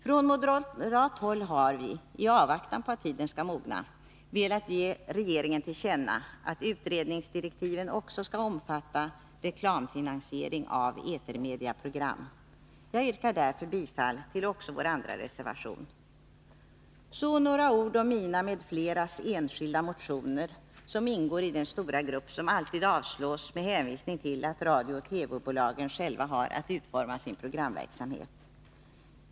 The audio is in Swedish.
Från moderat håll har vi — i avvaktan på att tiden skall mogna — velat ge regeringen till känna att utredningsdirektiven också skall innefatta reklamfinansiering av etermedieprogram. Jag yrkar därför bifall också till vår andra reservation. Så några ord om mina med fleras enskilda motioner, som ingår i den stora grupp som alltid avstyrks med hänvisning till att radiooch TV-bolagen själva har att utforma sin programverksamhet.